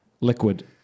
Liquid